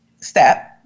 step